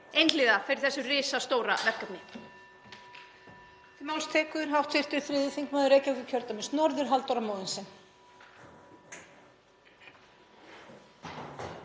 einhliða fyrir þessu risastóra verkefni.